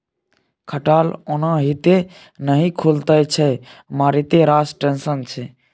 खटाल ओनाहिते नहि खुलैत छै मारिते रास टेंशन छै